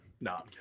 no